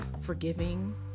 forgiving